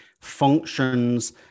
functions